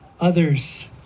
Others